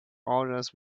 orders